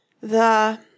the—